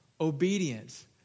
Obedience